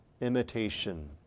imitation